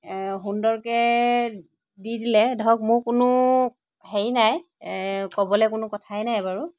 সুন্দৰকৈ দি দিলে ধৰক মোৰ কোনো হেৰি নাই ক'বলৈ কোনো কথাই নাই বাৰু